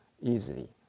easily